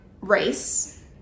race